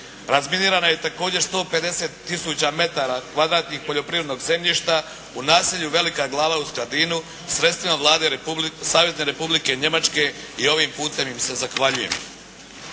Razminirano je također i 150 tisuća m2 poljoprivrednog zemljišta u naselju Velika Glava u Skradinu sredstvima Savezne Republike Njemačke i ovim putem im se zahvaljujem.